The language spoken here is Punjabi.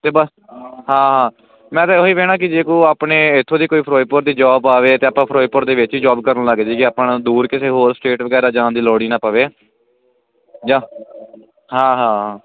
ਤੇ ਬਸ ਹਾਂ ਮੈਂ ਤੇ ਉਹੀ ਕਹਿਣਾ ਕਿ ਜੇ ਕੋਈ ਆਪਣੇ ਇੱਥੋਂ ਦੀ ਕੋਈ ਫਿਰੋਜਪੁਰ ਦੀ ਜੋਬ ਆਵੇ ਤੇ ਆਪਾਂ ਫਿਰੋਜਪੁਰ ਦੇ ਵਿੱਚ ਜੋਬ ਕਰਨ ਲੱਗਦੇ ਜੀ ਆਪਾਂ ਦੂਰ ਕਿਸੇ ਹੋਰ ਸਟੇਟ ਵਗੈਰਾ ਜਾਣ ਦੀ ਲੋੜ ਹੀ ਨਾ ਪਵੇ ਜਾ ਹਾਂ ਹਾਂ